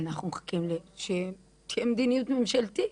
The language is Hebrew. אנחנו מחכים שתהיה מדיניות ממשלתית.